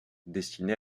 destiné